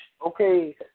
Okay